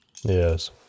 Yes